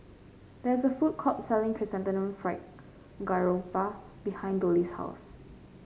there is a food court selling Chrysanthemum Fried Garoupa behind Dollie's house